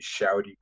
shouty